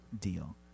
deal